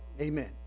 Amen